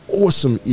awesome